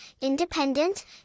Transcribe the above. independent